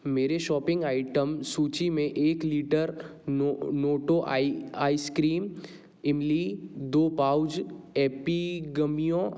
मेरी shopping item सूचि में एक लीटर नौ तो आइसक्रीम इमली दो पाउच एपिगमीआ